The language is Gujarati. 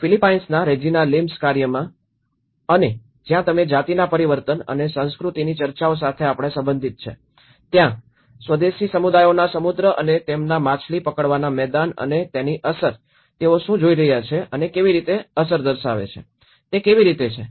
ફિલીપાઇન્સના રેજિના લિમ્સ કાર્યમાં અને જ્યાં તમે જાતિના પરિવર્તન અને સંસ્કૃતિની ચર્ચાઓ સાથે આપણે સંબંધિત છે ત્યાં સ્વદેશી સમુદાયોના સમુદ્ર અને તેમના માછલી પકડવાના મેદાન અને તેની અસર તેઓ શું જોઇ રહ્યા છે અને કેવી અસર દર્શાવે છે તે કેવી રીતે છે